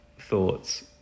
thoughts